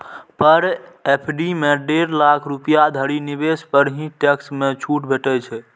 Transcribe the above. पर FD मे डेढ़ लाख रुपैया धरि निवेश पर ही टैक्स मे छूट भेटै छै